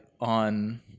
on